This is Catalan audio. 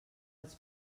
als